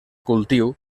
cultiu